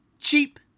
Cheap